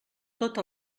tota